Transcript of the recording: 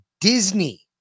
Disney